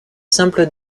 simple